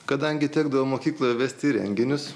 kadangi tekdavo mokykloje vesti renginius